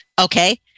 Okay